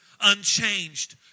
unchanged